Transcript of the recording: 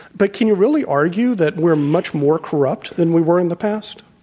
but can you really argue that we're much more corrupt than we were in the past?